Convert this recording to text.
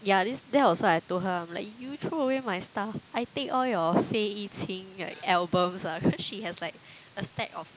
ya this that was what I told her like you throw away my stuff I take all your Fei-Yu-Qin right albums ah cause she has like a stack of